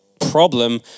problem